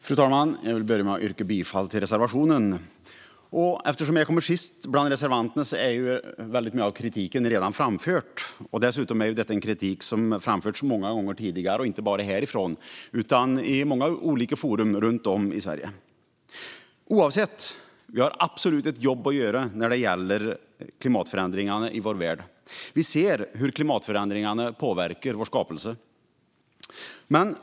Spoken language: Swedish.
Fru talman! Jag vill börja med att yrka bifall till reservationen. Eftersom jag kommer sist bland reservanterna är mycket av kritiken redan framförd. Detta är dessutom kritik som har framförts många gånger tidigare, inte bara härifrån utan i många olika forum runt om i Sverige. Oavsett det har vi absolut ett jobb att göra när det gäller klimatförändringarna i vår värld. Vi ser hur klimatförändringarna påverkar skapelsen.